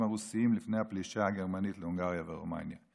הרוסיים בפלישה הגרמנית להונגריה ורומניה?